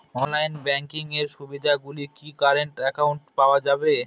Online banking এর সুবিধে গুলি কি কারেন্ট অ্যাকাউন্টে পাওয়া যাবে?